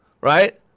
right